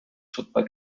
football